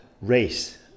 race